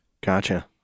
gotcha